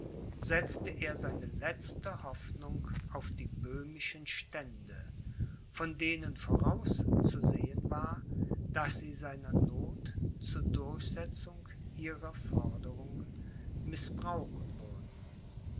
setzte er seine letzte hoffnung auf die böhmischen stände von denen vorauszusehen war daß sie seiner noth zu durchsetzung ihrer forderungen mißbrauchen würden